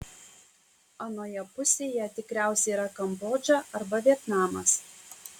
anoje pusėje tikriausiai yra kambodža arba vietnamas